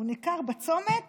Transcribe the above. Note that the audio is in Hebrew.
ניכר בצומת